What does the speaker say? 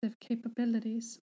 capabilities